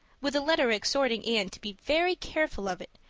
with a letter exhorting anne to be very careful of it,